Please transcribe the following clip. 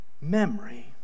memory